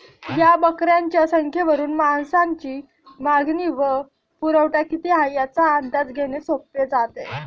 या बकऱ्यांच्या संख्येवरून मांसाची मागणी व पुरवठा किती आहे, याचा अंदाज घेणे सोपे जाते